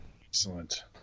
Excellent